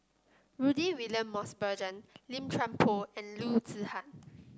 Rudy William Mosbergen Lim Chuan Poh and Loo Zihan